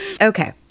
Okay